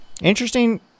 Interesting